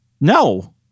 No